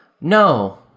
no